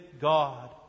God